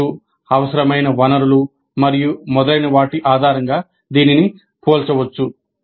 ఖర్చు అవసరమైన వనరులు మరియు మొదలైన వాటి ఆధారంగా దీన్ని పోల్చవచ్చు